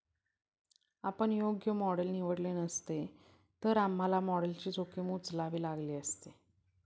आपण योग्य मॉडेल निवडले नसते, तर आम्हाला मॉडेलची जोखीम उचलावी लागली असती